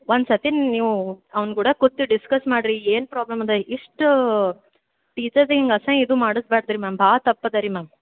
ಒಂದು ಸರ್ತಿ ನೀವು ಅವ್ನ ಕೂಡ ಕೂತ್ ಡಿಸ್ಕಸ್ ಮಾಡಿರಿ ಈಗ ಏನು ಪ್ರಾಬ್ಲಮ್ ಅದ ಇಷ್ಟೂ ಟೀಚರ್ಸಿಗೆ ಹಿಂಗ್ ಅಸಹ್ಯ ಇದು ಮಾಡಿಸ್ಬ್ಯಾಡ್ದು ರೀ ಮ್ಯಾಮ್ ಭಾಳ ತಪ್ಪು ಅದ ರೀ ಮ್ಯಾಮ್